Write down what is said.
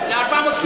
ל-430 יישובים?